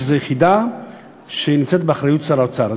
שזו יחידה שנמצאת באחריות שר האוצר.